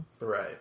Right